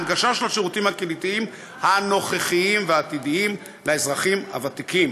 הנגשה של השירותים הקהילתיים הנוכחיים והעתידיים לאזרחים הוותיקים,